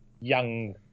young